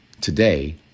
Today